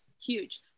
Huge